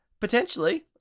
Potentially